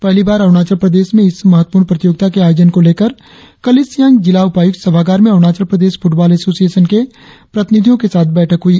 पहली बार अरुणाचल प्रदेश में इस महत्वपूर्ण प्रतियोगिता के आयोजन को लेकर कल ईस्ट सियांग जिला उपायुक्त सभागार में अरुणाचल प्रदेश फुटबॉल एशोसिएशन के प्रतिनिधियों के साथ बैठक हुई